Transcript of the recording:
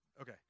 Okay